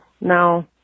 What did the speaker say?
now